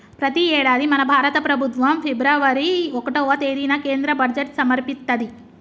ప్రతి యేడాది మన భారత ప్రభుత్వం ఫిబ్రవరి ఓటవ తేదిన కేంద్ర బడ్జెట్ సమర్పిత్తది